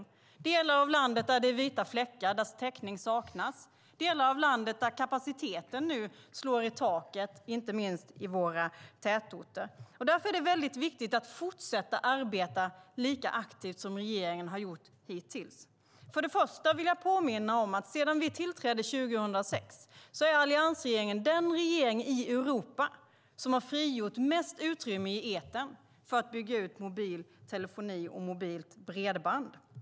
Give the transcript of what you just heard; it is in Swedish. I delar av landet finns det vita fläckar där täckning saknas, och i delar av landet slår kapaciteten nu i taket, inte minst i våra tätorter. Därför är det väldigt viktigt att fortsätta att arbeta lika aktivt som regeringen har gjort hittills. Först vill jag påminna om att alliansregeringen sedan vi tillträdde 2006 är den regering i Europa som har frigjort mest utrymme i etern för att bygga ut mobil telefoni och mobilt bredband.